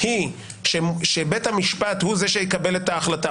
היא שבית המשפט הוא זה שיקבל את ההחלטה,